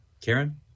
Karen